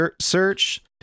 search